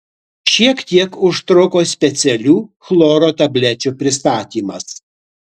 šiek tiek užtruko specialių chloro tablečių pristatymas